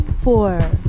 four